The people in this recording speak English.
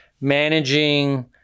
managing